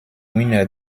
winner